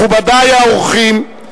מכובדי האורחים,